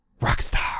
Rockstar